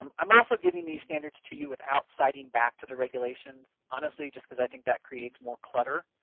um i'm also giving these standards to you without citing back to the regulations, honestly just because i think that creates more clutter,